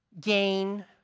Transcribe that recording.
gain